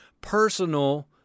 personal